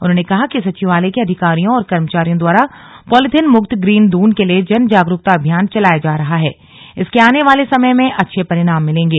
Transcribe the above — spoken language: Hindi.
उन्होंने कहा कि सचिवालय के अधिकारियों और कर्मचारियों द्वारा पॉलीथीन मुक्त ग्रीन दून के लिए जनजागरूकता अभियान चलाया जा रहा है इसके आने वाले समय में अच्छे परिणाम मिलेंगे